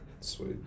Sweet